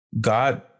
God